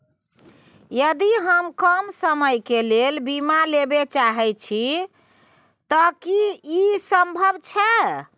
यदि हम कम समय के लेल बीमा लेबे चाहे छिये त की इ संभव छै?